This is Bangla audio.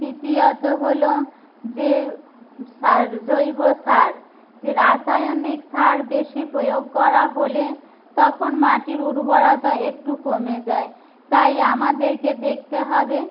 দ্বিতীয়ত হল যে সার জৈব সার রাসায়নিক সার বেশি প্রয়োগ করা হলে তখন মাটির উর্বরতা একটু কমে যায় তাই আমাদেরকে দেখতে হবে